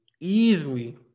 easily